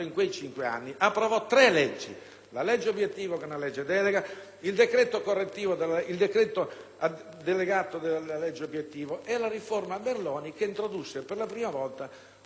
la legge obiettivo, che è una legge delega, il decreto delegato della legge obiettivo e la riforma della legge Merloni, che introdusse per la prima volta un elemento di grande qualificazione,